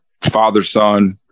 father-son